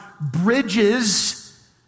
bridges